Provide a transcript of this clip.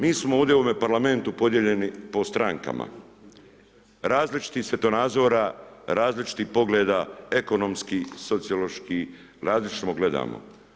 Mi smo ovdje u ovom parlamentu podijeljeni po strankama, različitih svjetonazora, različitih pogleda ekonomskih, socioloških, različito gledamo.